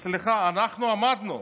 סליחה, אנחנו עמדנו,